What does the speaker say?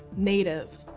native,